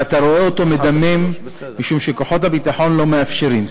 ואתה רואה אותו מדמם משום שכוחות הביטחון לא מאפשרים".